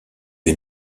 des